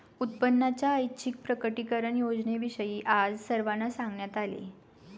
उत्पन्नाच्या ऐच्छिक प्रकटीकरण योजनेविषयी आज सर्वांना सांगण्यात आले